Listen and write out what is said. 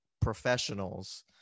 professionals